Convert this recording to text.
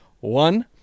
one